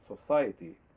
society